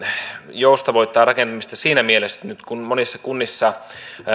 joustavoittaa rakentamista siinä mielessä että nyt kun monissa kunnissa